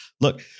Look